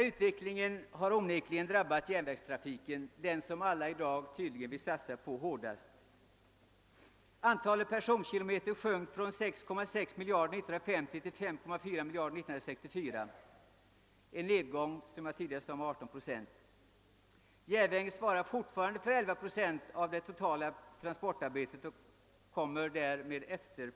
Utvecklingen har onekligen drabbat järnvägstrafiken, den som alla i dag tydligen vill satsa på, hårdast. Antalet lärnvägspersonkilometer sjönk från 6,6 miljarder 1950 till 5,4 miljarder 1964, en nedgång, som jag tidigare sade, med 18 procent.